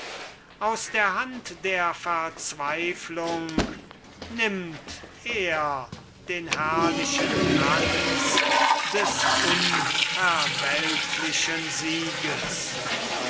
aus der hand der verzweiflung nimmt er den herrlichen kranz des unverwelklichen siegers